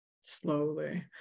slowly